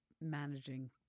managing